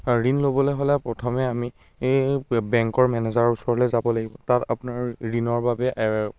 আৰু ঋণ ল'বলৈ হ'লে প্ৰথমে আমি বেংকৰ মেনেজাৰৰ ওচৰলৈ যাব লাগিব তাত আপোনাৰ ঋণৰ বাবে